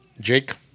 Jake